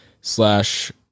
slash